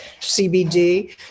CBD